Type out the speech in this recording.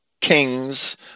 kings